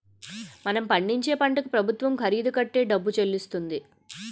మనం పండించే పంటకు ప్రభుత్వం ఖరీదు కట్టే డబ్బు చెల్లిస్తుంది